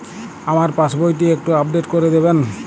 আমার পাসবই টি একটু আপডেট করে দেবেন?